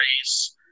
race